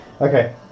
Okay